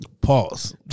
Pause